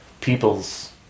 people's